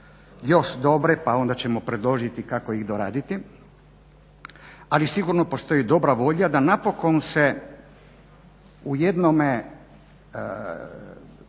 još dobre pa ćemo onda predložiti kako ih doraditi, ali sigurno postoji dobra volja da napokon se u jednome